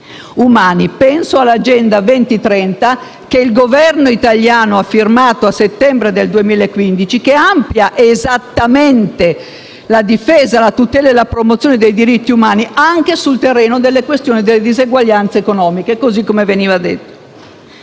umani: penso all'Agenda 2030, firmata dal Governo a settembre del 2015, che ampia esattamente la difesa, la tutela e la promozione dei diritti umani anche sul terreno delle diseguaglianze economiche, così come veniva detto.